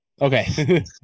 Okay